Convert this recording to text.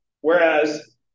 Whereas